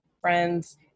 friends